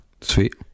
sweet